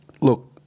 look